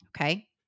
okay